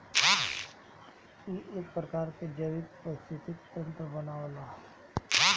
इ एक प्रकार के जैविक परिस्थितिक तंत्र बनावेला